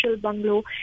bungalow